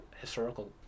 historical